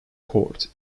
court